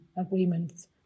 agreements